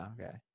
Okay